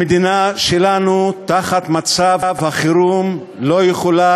המדינה שלנו תחת מצב החירום לא יכולה